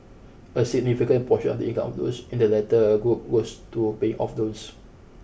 a significant portion of the income of those in the latter group goes to paying off loans